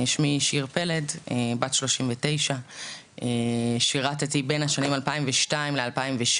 שמי שיר פלד בת 39. שירתי בין השנים 2002 2006,